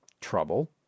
trouble